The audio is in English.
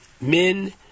Men